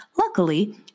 Luckily